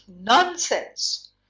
nonsense